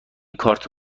کارت